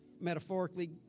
Metaphorically